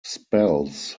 spells